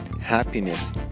happiness